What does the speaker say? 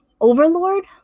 overlord